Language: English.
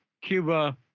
Cuba